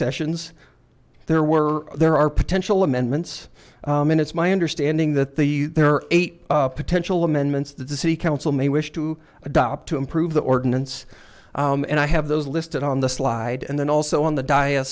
sessions there were there are potential amendments and it's my understanding that the there are eight potential amendments that the city council may wish to adopt to improve the ordinance and i have those listed on the slide and then also on the d